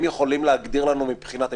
הם יכולים להגדיר לנו מבחינת היכולת להתמודד,